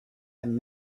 and